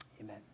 amen